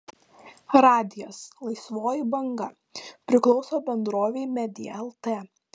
radijas laisvoji banga priklauso bendrovei media lt